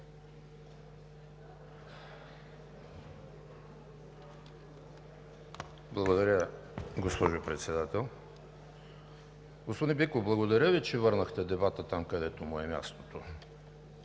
Благодаря, госпожо Председател. Господин Биков, благодаря Ви, че върнахте дебата там, където му е мястото.